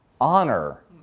honor